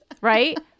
right